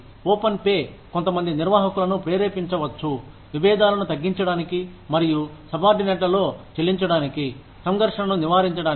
open pay కొంతమంది నిర్వాహకులను ప్రేరేపించవచ్చు విభేదాలను తగ్గించడానికి మరియు సబార్డినేట్లలో చెల్లించడానికి సంఘర్షణను నివారించడానికి